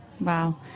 Wow